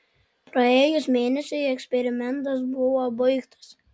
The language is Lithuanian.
praėjus mėnesiui eksperimentas buvo baigtas